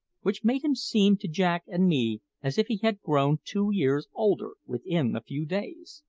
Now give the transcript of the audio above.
which made him seem to jack and me as if he had grown two years older within a few days.